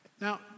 Now